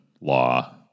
law